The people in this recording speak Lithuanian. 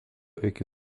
iki